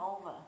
over